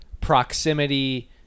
proximity